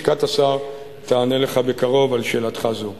לשכת השר תענה לך בקרוב על שאלתך זאת.